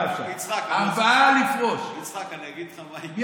יצחק, אני אגיד לך מה, ארבעה לפרוש.